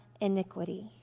iniquity